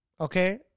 okay